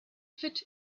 fit